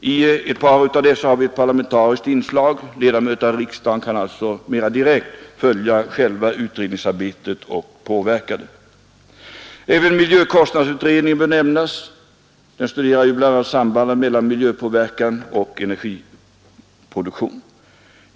Ett par av dessa har parlamentariskt inslag. Ledamöter av riksdagen kan alltså mera direkt följa själva utredningsarbetet och påverka det. Även miljökostnadsutredningen bör nämnas. Den studerar bl.a. sambandet mellan miljöpåverkan och energiproduktion.